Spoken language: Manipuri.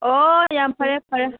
ꯑꯣ ꯌꯥꯝ ꯐꯔꯦ ꯐꯔꯦ